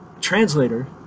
translator